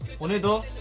Today